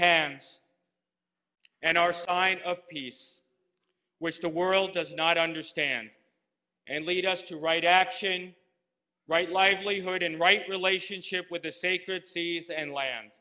hands and our sign of peace which the world does not understand and lead us to right action right livelihood and right relationship with the sacred seas and land